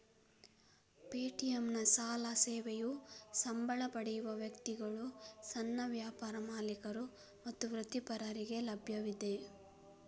ಪೇಟಿಎಂನ ಸಾಲ ಸೇವೆಯು ಸಂಬಳ ಪಡೆಯುವ ವ್ಯಕ್ತಿಗಳು, ಸಣ್ಣ ವ್ಯಾಪಾರ ಮಾಲೀಕರು ಮತ್ತು ವೃತ್ತಿಪರರಿಗೆ ಲಭ್ಯವಿದೆ